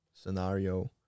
scenario